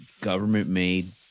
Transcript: government-made